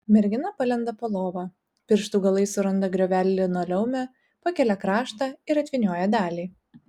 mergina palenda po lova pirštų galais suranda griovelį linoleume pakelia kraštą ir atvynioja dalį